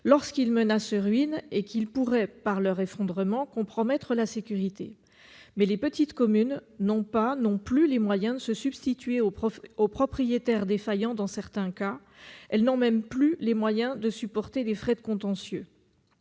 lorsqu'ils menacent ruine et qu'ils pourraient, par leur effondrement, compromettre la sécurité. Mais les petites communes n'ont plus les moyens de se substituer aux propriétaires défaillants. Dans certains cas, elles n'ont même plus les moyens de supporter les frais de contentieux.